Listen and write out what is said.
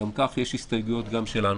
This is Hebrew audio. גם ככה יש הסתייגויות גם שלנו.